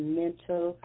mental